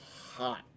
hot